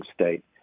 state